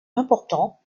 important